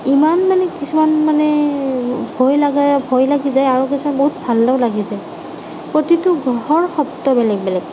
ইমান মানে কিছুমান মানে ভয় লগা ভয় লাগি যায় আৰু কিছুমান বহুত ভালো লাগি যায় প্ৰতিটো গ্ৰহৰ শব্দ বেলেগ বেলেগ